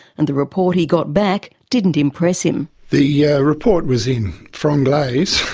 and the report he got back didn't impress him. the yeah report was in franglaise.